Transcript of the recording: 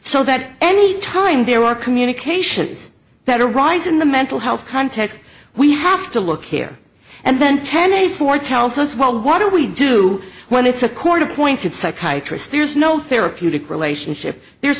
so that any time there are communications that arise in the mental health context we have to look here and then ten a four tells us well what do we do when it's a court appointed psychiatrist there's no therapeutic relationship there